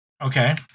Okay